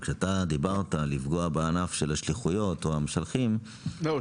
כשאתה דיברת לפגוע בענף של השליחויות או של המשלחים -- לא,